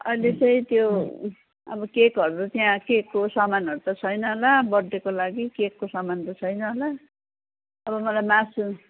अहिले चाहिँ त्यो अब केकहरू त्यहाँ केकको सामानहरू त छैन होला बर्थडेको लागि केकको सामान त छैन होला अब मलाई मासु